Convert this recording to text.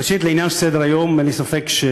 ראשית, לעניין סדר-היום: אין לי ספק,